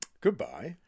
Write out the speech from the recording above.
Goodbye